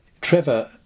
Trevor